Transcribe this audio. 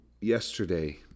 yesterday